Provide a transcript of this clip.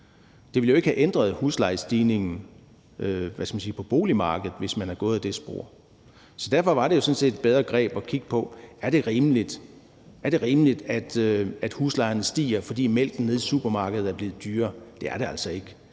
Det ville jo ikke have ændret huslejestigningen på boligmarkedet, hvis man var gået ad det spor. Så derfor var det jo sådan set et bedre greb at kigge på, om det er rimeligt, at huslejen stiger, fordi mælken nede i supermarkedet er blevet dyrere. Det er det altså ikke.